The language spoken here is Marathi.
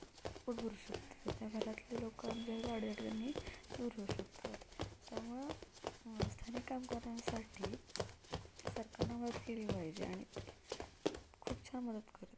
पोट भरू शकतो त्यांच्या घरातले लोकांच्या अडी अडचणी दूर होऊ शकतात त्यामुळं स्थानिक काम करण्यासाठी सरकारना मदत केली पाहिजे आणि ते खूप छान मदत करतात